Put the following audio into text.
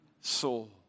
soul